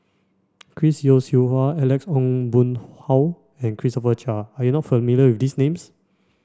Chris Yeo Siew Hua Alex Ong Boon Hau and Christopher Chia are you not familiar with these names